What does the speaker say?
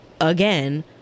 again